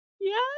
yes